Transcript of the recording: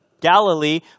Galilee